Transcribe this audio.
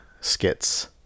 skits